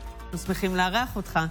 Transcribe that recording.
אני מחדש את ישיבת הכנסת.